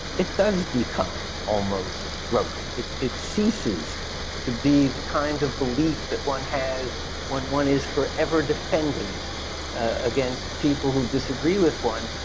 it does become almost gross, it it ceases to be the kind of belief that one has when one is forever defending it against people who disagree with one.